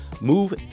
move